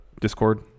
Discord